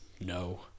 No